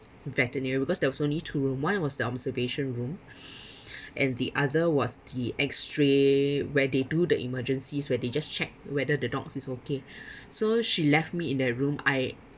veterinary because there was only two room one was the observation room and the other was the X ray where they do the emergencies where they just check whether the dog is okay so she left me in that room I